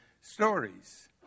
stories